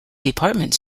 department